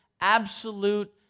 absolute